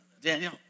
Daniel